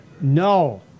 No